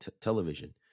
television